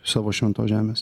savo šventos žemės